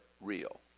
real